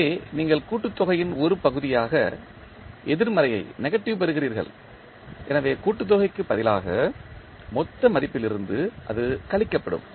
இங்கே நீங்கள் கூட்டுத்தொகையின் ஒரு பகுதியாக எதிர்மறையைப் பெறுகிறீர்கள் எனவே கூட்டுத்தொகைக்கு பதிலாக மொத்த மதிப்பிலிருந்து அது கழிக்கப்படும்